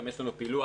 גם יש לנו פילוח